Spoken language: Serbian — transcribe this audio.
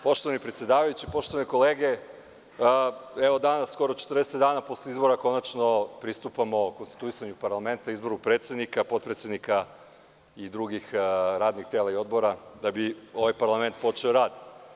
Poštovani predsedavajući, poštovane kolege, evo danas, skoro 40 dana posle izbora, konačno pristupamo konstituisanju parlamenta, izboru predsednika, izboru potpredsednika i drugih radnih tela i odbora da bi ovaj parlament počeo rad.